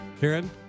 Karen